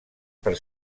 per